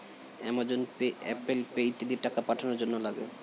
Amazon pay, Apple pay ইত্যাদি টাকা পাঠানোর জন্যে লাগে